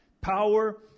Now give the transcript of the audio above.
Power